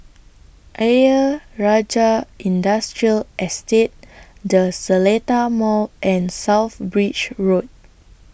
Ayer Rajah Industrial Estate The Seletar Mall and South Bridge Road